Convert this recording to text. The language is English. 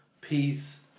peace